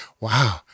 Wow